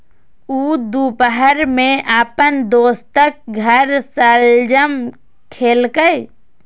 ऊ दुपहर मे अपन दोस्तक घर शलजम खेलकै